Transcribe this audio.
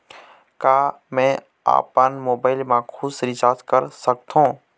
का मैं आपमन मोबाइल मा खुद से रिचार्ज कर सकथों?